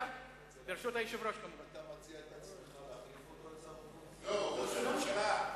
הוא רוצה להיות ראש הממשלה.